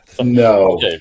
No